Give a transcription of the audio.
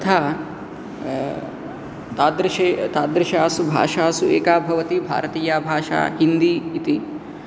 तथा तादृशी तादृशासु भाषासु एका भवति भारतीया भाषा हिन्दी इति